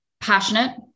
Passionate